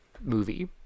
movie